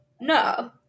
no